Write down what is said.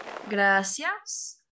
Gracias